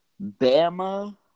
Bama